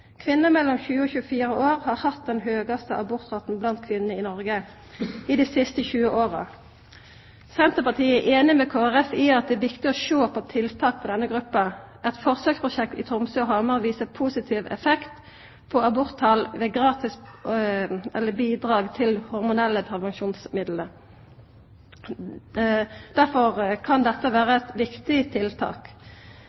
Kvinner mellom 20 og 24 år har hatt den høgaste abortraten blant kvinner i Noreg i dei siste tjue åra. Senterpartiet er einig med Kristeleg Folkeparti i at det er viktig å sjå på tiltak for denne gruppa. Eit forsøksprosjekt i Tromsø og på Hamar viser positiv effekt på aborttala ved gratis, eller bidrag til, hormonelle prevensjonsmiddel. Derfor kan dette